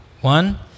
One